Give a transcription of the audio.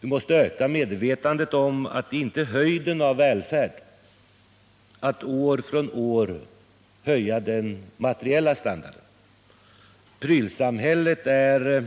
Vi måste öka medvetandet om att det inte är höjden av välfärd att år från år höja den materiella standarden. Prylsamhället är